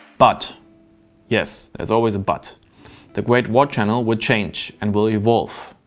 but yes, there's always a but the great war channel will change and will evolve.